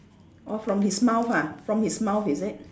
oh from his mouth ah from his mouth is it